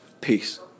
Peace